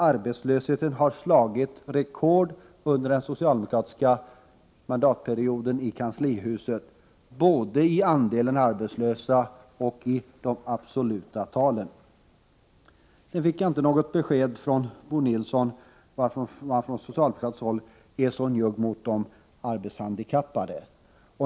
Arbetslösheten har slagit rekord under den mandatperiod när socialdemokraterna suttit i kanslihuset, både i andelen arbetslösa och i absoluta tal. Jag fick inte något besked från Bo Nilsson om varför man på socialdemokratiskt håll är så njugg mot de arbetshandikappade.